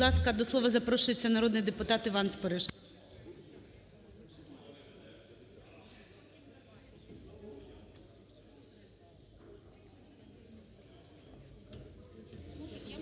Будь ласка, до слова запрошується народний депутат Іван Спориш.